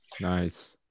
nice